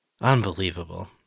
Unbelievable